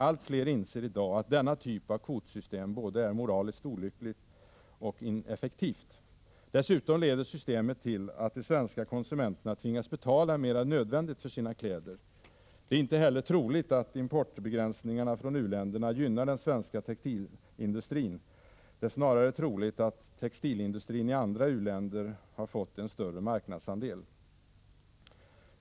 Allt fler inser i dag att denna typ av kvotsystem är både moraliskt olyckligt och ineffektivt. Dessutom leder systemet till att de svenska konsumenterna tvingas betala mer än nödvändigt för sina kläder. Det är inte heller troligt att begränsning arna av import från u-länderna gynnar den svenska textilindustrin — det är snarare troligt att textilindustrin i andra u-länder har fått en större marknadsandel.